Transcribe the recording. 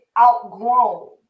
outgrown